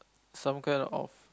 some kind of